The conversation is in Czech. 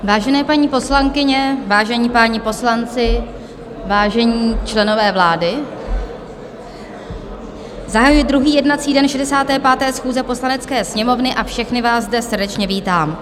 Vážené paní poslankyně, vážení páni poslanci, vážení členové vlády, zahajuji druhý jednací den 65. schůze Poslanecké sněmovny a všechny vás zde srdečně vítám.